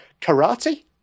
Karate